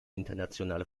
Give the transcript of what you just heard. internationale